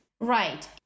Right